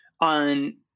on